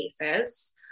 cases